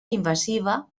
invasiva